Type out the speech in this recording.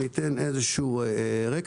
אגיד איזשהו רקע.